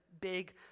big